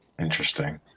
Interesting